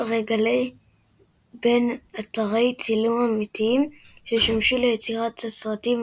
רגלי בין אתרי צילום אמיתיים ששומשו ליצירת הסרטים,